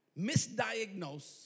Misdiagnose